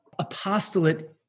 apostolate